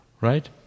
right